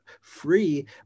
free